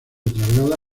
traslada